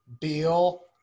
Beal